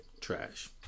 Trash